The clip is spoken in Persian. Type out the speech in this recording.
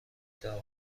داغ